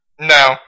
No